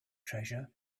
treasure